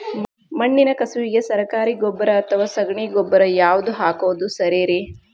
ಮಣ್ಣಿನ ಕಸುವಿಗೆ ಸರಕಾರಿ ಗೊಬ್ಬರ ಅಥವಾ ಸಗಣಿ ಗೊಬ್ಬರ ಯಾವ್ದು ಹಾಕೋದು ಸರೇರಿ?